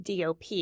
DOP